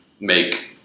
make